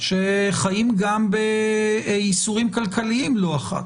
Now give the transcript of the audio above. שחיים גם בייסורים כלכליים לא אחת.